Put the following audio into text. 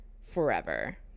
forever